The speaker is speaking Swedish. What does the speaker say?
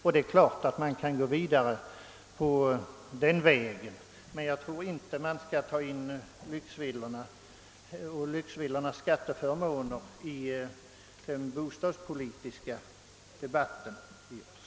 På den vä gen kan man naturligtvis gå vidare, men jag tror inte man skall föra in lyxvillorna och deras beskattning i den bostadspolitiska debatten.